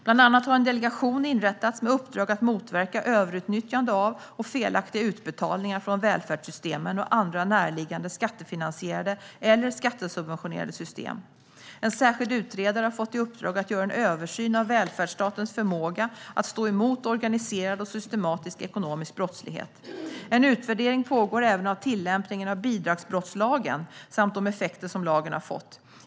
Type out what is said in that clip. Bland annat har en delegation inrättats med uppdrag att motverka överutnyttjande av och felaktiga utbetalningar från välfärdssystemen och andra närliggande skattefinansierade eller skattesubventionerade system. En särskild utredare har fått i uppdrag att göra en översyn av välfärdsstatens förmåga att stå emot organiserad och systematisk ekonomisk brottslighet. En utvärdering pågår även av tillämpningen av bidragsbrottslagen samt de effekter som lagen har fått.